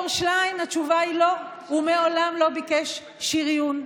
לא ביקשתי שריון,